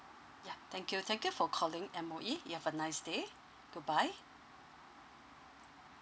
ya thank you thank you for calling M_O_E you have a nice day goodbye